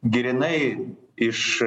grynai iš